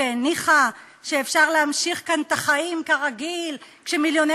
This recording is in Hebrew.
שהניחה שאפשר להמשיך כאן את החיים כרגיל כשמיליוני